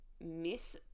miss